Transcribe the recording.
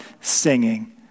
singing